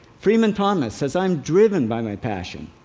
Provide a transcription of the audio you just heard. freeman thomas says, i'm driven by my passion.